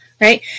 right